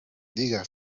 diga